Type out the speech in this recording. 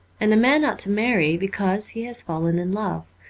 and a man ought to marry because he has fallen in love,